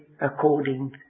according